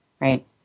Right